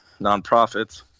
nonprofits